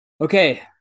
Okay